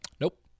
Nope